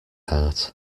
heart